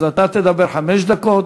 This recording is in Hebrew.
אז אתה תדבר חמש דקות,